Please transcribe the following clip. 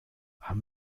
haben